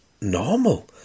normal